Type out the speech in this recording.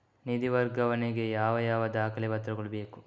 ನಿಧಿ ವರ್ಗಾವಣೆ ಗೆ ಯಾವ ಯಾವ ದಾಖಲೆ ಪತ್ರಗಳು ಬೇಕು?